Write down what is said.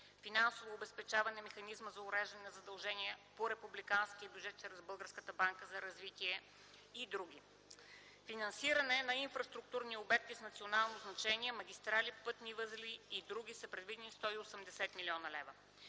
финансово обезпечаване на механизма за уреждане на задължение по републиканския бюджет чрез „Българска банка за развитие” АД и др.), за финансиране на инфраструктурни обекти с национално значение – магистрали, пътни възли и др., са предвидени 180 млн. лв.